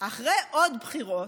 אחרי עוד בחירות,